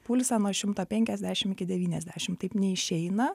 pulsą nuo šimtą penkiasdešimt iki devyniasdešimt taip neišeina